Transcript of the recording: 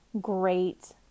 great